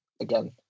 again